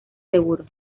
seguro